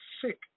sick